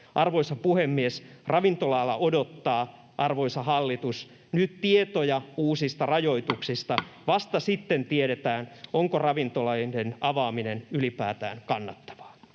Arvoisa puhemies! Ravintola-ala odottaa, arvoisa hallitus, nyt tietoja uusista rajoituksista. Vasta sitten tiedetään, onko ravintoloiden avaaminen ylipäätään kannattavaa.